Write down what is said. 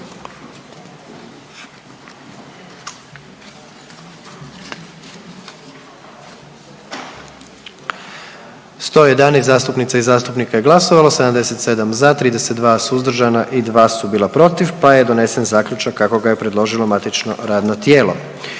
111 zastupnica i zastupnika je glasovalo, 77 za, 31 suzdržan i 3 protiv pa je donesen Zaključak kako su ga predložila saborska radna tijela.